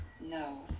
No